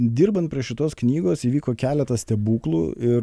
dirbant prie šitos knygos įvyko keletas stebuklų ir